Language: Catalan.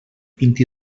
vint